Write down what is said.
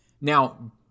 Now